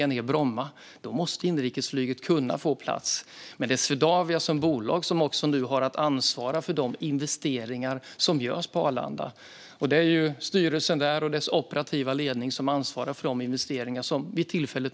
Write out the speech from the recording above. Då måste inrikesflyget kunna få plats. Men det är Swedavia som bolag som har att ansvara för de investeringar som görs på Arlanda. Det är styrelsen där och dess operativa ledning som ansvarar för de investeringar som görs för tillfället.